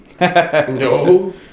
No